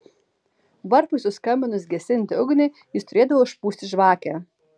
varpui suskambinus gesinti ugnį jis turėdavo užpūsti žvakę